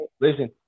Listen